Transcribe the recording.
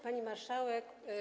Pani Marszałek!